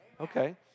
Okay